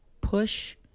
push